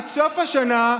עד סוף השנה,